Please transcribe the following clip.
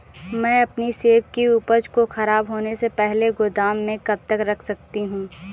मैं अपनी सेब की उपज को ख़राब होने से पहले गोदाम में कब तक रख सकती हूँ?